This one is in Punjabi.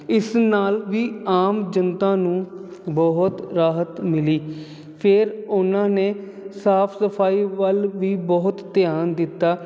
ਇਸ ਨਾਲ ਵੀ ਆਮ ਜਨਤਾ ਨੂੰ ਬਹੁਤ ਰਾਹਤ ਮਿਲੀ ਫਿਰ ਉਹਨਾਂ ਨੇ ਸਾਫ ਸਫਾਈ ਵੱਲ ਵੀ ਬਹੁਤ ਧਿਆਨ ਦਿੱਤਾ